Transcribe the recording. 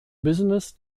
business